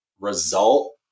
result